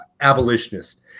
abolitionist